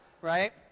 right